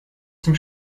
zum